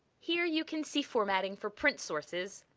here you can see formatting for print sources,